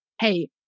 hey